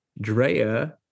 Drea